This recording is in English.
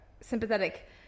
sympathetic